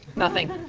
nothing.